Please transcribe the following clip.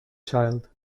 child